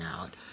out